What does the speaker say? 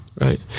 Right